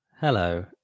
Hello